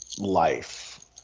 life